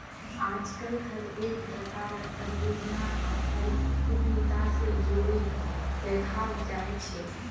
आजकल हर एक व्यापारक परियोजनार आधारित उद्यमिता से जोडे देखाल जाये छे